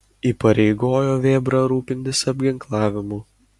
įpareigojo vėbrą rūpintis apginklavimu